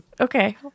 Okay